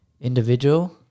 Individual